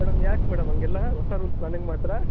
madam ಯಾಕೆ madam ಹಾಗೆಲ್ಲಾ ಹೊಸ ರೂಲ್ಸ್ ನನಗೆ ಮಾತ್ರ